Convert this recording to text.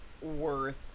worth